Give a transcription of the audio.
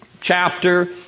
chapter